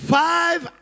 five